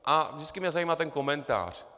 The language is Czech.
A vždycky mě zajímá ten komentář.